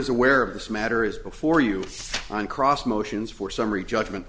is aware of this matter is before you cross motions for summary judgment